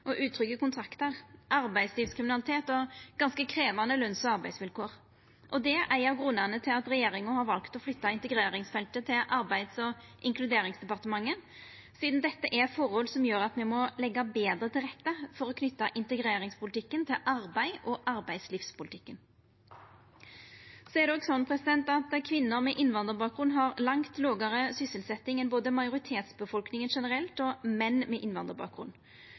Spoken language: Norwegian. og utrygge kontraktar, arbeidslivskriminalitet og ganske krevjande løns- og arbeidsvilkår. Det er ein av grunnane til at regjeringa har valt å flytta integreringsfeltet til Arbeids- og inkluderingsdepartementet, for dette er forhold som gjer at me må leggja betre til rette for å knyta integreringspolitikken til arbeids- og arbeidslivspolitikken. Det er òg slik at kvinner med innvandrarbakgrunn har langt lågare sysselsetjing enn både majoritetsbefolkninga generelt og menn med innvandrarbakgrunn.